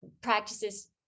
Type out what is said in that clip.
practices